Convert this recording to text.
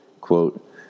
Quote